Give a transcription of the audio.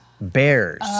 Bears